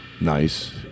nice